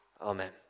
Amen